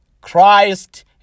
Christ